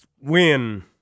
Win